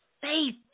Faith